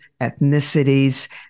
ethnicities